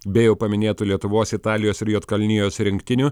be jau paminėtų lietuvos italijos ir juodkalnijos rinktinių